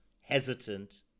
hesitant